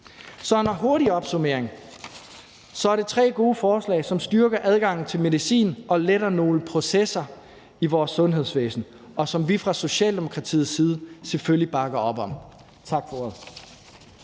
Så hvis jeg hurtigt skal opsummere, er det tre gode forslag, som styrker adgangen til medicin og letter nogle processer i vores sundhedsvæsen, og som vi fra Socialdemokratiets side selvfølgelig bakker op om. Tak for ordet.